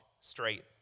straight